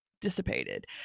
dissipated